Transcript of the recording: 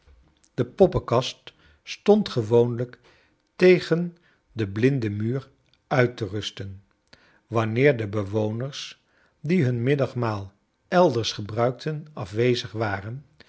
de poppenkast stond ggmroonlijk tegen den blinden muur uit te rusten wanneer de bewoners die hun middagmaal elders gebruikteh afwezig waren